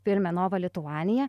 filme nova lituanija